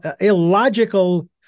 illogical